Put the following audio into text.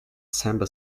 samba